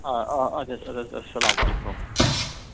آ آ اَدٕ حظ اَدٕ حظ اسلام علیکُم